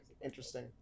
interesting